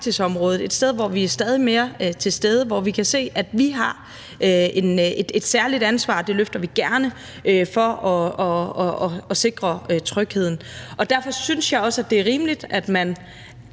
et sted, hvor vi er stadigt mere til stede, og hvor vi kan se, at vi har et særligt ansvar – og det løfter vi gerne – for at sikre trygheden. Og derfor synes jeg også, det er rimeligt, at vi